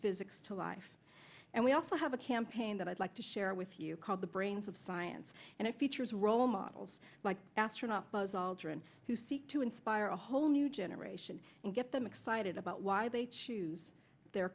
physics to life and we also have a campaign that i'd like to share with you called the brains of science and it features role models like astronaut buzz aldrin who seek to inspire a whole new generation and get them excited about why they choose their